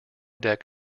deck